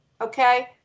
okay